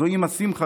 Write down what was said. זאת אימא שמחה,